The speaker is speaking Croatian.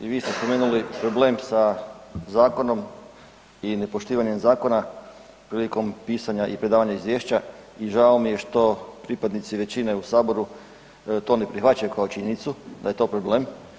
I vi ste spomenuli problem sa zakonom i nepoštivanjem zakona prilikom pisanja i predavanja izvješća i žao mi je što pripadnici većine u Saboru to ne prihvaćaju kao činjenicu, a je to problem.